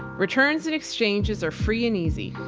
returns and exchanges are free and easy.